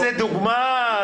זו דוגמה.